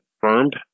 confirmed